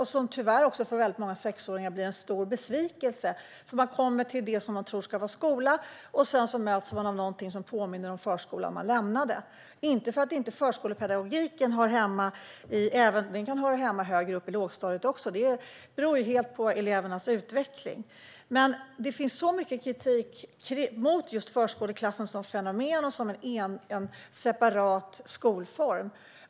För många sexåringar blir det tyvärr en stor besvikelse när de kommer till det som de tror ska vara skola och möts av något som påminner om förskolan de lämnade - inte för att förskolepedagogiken inte hör hemma där. Den kan höra hemma högre upp i lågstadiet också; det beror helt på elevernas utveckling. Men det finns så mycket kritik mot just förskoleklassen som fenomen och som en separat skolform.